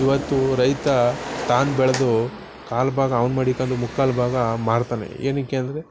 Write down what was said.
ಇವತ್ತು ರೈತ ತಾನು ಬೆಳೆದು ಕಾಲು ಭಾಗ ಅವ್ನು ಮಡಿಕ್ಕೊಂಡು ಮುಕ್ಕಾಲು ಭಾಗ ಮಾರ್ತಾನೆ ಏನಕ್ಕೆ ಅಂದರೆ